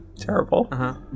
Terrible